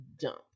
jump